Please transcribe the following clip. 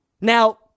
Now